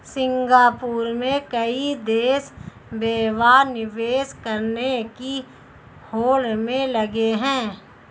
Singapore में कई देश व्यापार निवेश करने की होड़ में लगे हैं